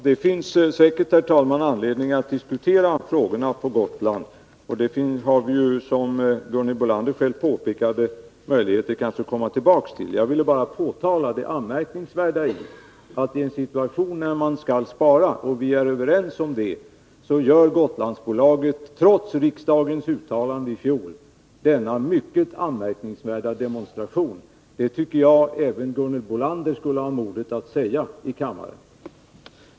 Herr talman! Det finns säkert anledning att diskutera frågorna om Gotland, och det har vi ju, som Gunhild Bolander själv påpekade, möjligheter att komma tillbaka till. Jag vill bara påtala det anmärkningsvärda i att i en situation när man skall spara och man är överens om detta gör Gotlandsbolaget, trots riksdagens uttalande i fjol, denna mycket anmärkningsvärda demonstration. Det tycker jag även Gunhild Bolander skulle ha mod att säga i kammaren.